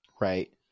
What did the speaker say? right